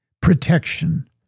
protection